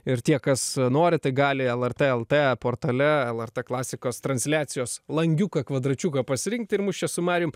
ir tie kas norite gali lrt el t portale lrt klasikos transliacijos langiuką kvadračiuką pasirinkti ir mus čia su marium